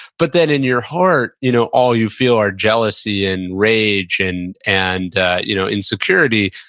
but then, in your heart, you know all you feel are jealousy and rage and and you know insecurity,